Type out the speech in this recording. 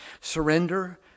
Surrender